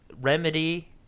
Remedy